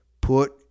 Put